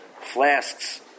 flasks